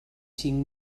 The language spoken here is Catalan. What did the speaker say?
cinc